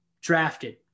drafted